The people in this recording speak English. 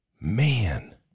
man